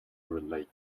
relate